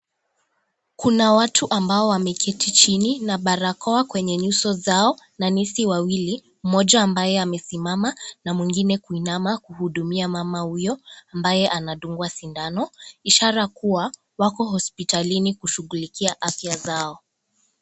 Kuna watu ambao wameketi chini na barakoa kwenye nyuso zao na nesi wawili mmoja ambaye amesimama na mwingine kuinama kuhudumia mama huyo ambaye anadungwa sindano ishara kuwa wako hospitalini kushughulikia afya zao.